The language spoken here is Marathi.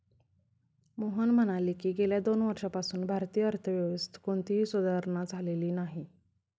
मोहन म्हणाले की, गेल्या दोन वर्षांपासून भारतीय अर्थव्यवस्थेत कोणतीही सुधारणा झालेली नाही